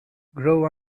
grow